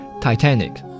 Titanic